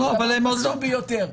זה דבר פסול ביותר.